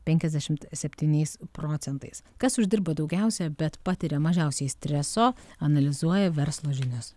penkiasdešimt septyniais procentais kas uždirba daugiausia bet patiria mažiausiai streso analizuoja verslo žinios